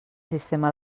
sistema